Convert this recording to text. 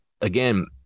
again